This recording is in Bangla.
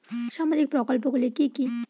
সামাজিক প্রকল্পগুলি কি কি?